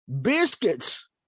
Biscuits